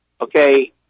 okay